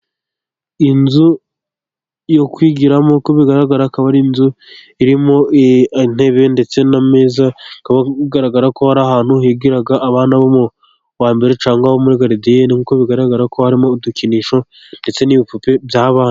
Inzu yo kwigiramo uko bigaragara akaba ari inzu, irimo intebe ndetse nameza, ikaba igaragara ko ari ahantu, higiraga abana bomu wa mbere cyangwa bo muri garidiyene, nkuko' bigaragara ko harimo udukinisho, ndetse n'ibipupe bya bana.